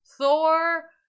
Thor